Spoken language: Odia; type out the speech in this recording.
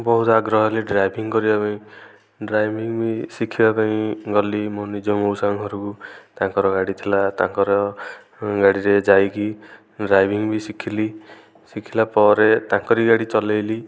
ବହୁତ ଆଗ୍ରହ ହେଲି ଡ୍ରାଇଭିଂ କରିବା ପାଇଁ ଡ୍ରାଇଭିଂ ବି ଶିଖିବା ପାଇଁ ଗଲି ମୋ ନିଜ ମଉସାଙ୍କ ଘରକୁ ତାଙ୍କର ଗାଡ଼ି ଥିଲା ତାଙ୍କର ଗାଡ଼ିରେ ଯାଇକି ଡ୍ରାଇଭିଂ ବି ଶିଖିଲି ଶିଖିଲା ପରେ ତାଙ୍କରି ଗାଡ଼ି ଚଲେଇଲି